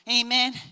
Amen